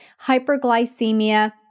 hyperglycemia